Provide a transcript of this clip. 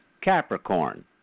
Capricorn